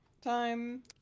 time